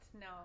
No